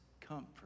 comfort